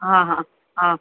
हां हां हां